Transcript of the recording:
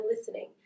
listening